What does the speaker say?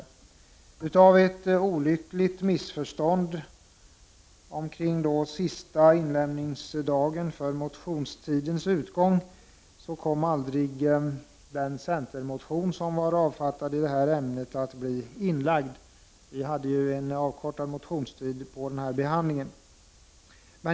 På grund av ett olyckligt missförstånd om sista dagen för motionstidens utgång kom aldrig den centermotion som var avfattad i detta ämne att inlämnas. Vi hade ju en avkortad motionstid vid denna behandling.